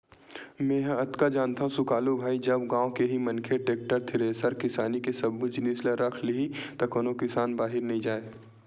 मेंहा अतका जानथव सुकालू भाई जब गाँव के ही मनखे टेक्टर, थेरेसर किसानी के सब्बो जिनिस ल रख लिही त कोनो किसान बाहिर नइ जाय